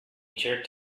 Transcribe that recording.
jerked